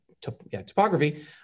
topography